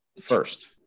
first